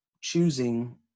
choosing